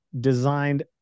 designed